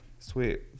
Sweet